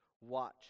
watch